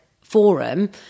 forum